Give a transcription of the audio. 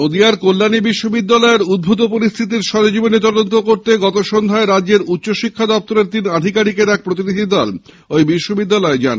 নদীয়ার কল্যাণী বিশ্ববিদ্যালয়ের উদ্ভত পরিস্থিতির সরেজমিনে তদন্ত করতে গত সন্ধ্যায় রাজ্যের উচ্চশিক্ষা দপ্তরের তিন আধিকারিকের এক প্রতিনিধিদল বিশ্ববিদ্যালয় যান